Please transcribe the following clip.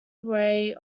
array